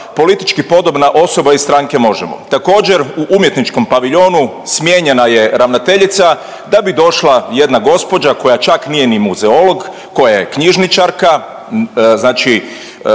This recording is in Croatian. politička podobna osoba iz stranke Možemo. Također u umjetničkom paviljonu smijenjena je ravnateljica da bi došla jedna gospođa koja čak nije ni muzeolog koja je knjižničarka, znači